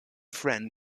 friend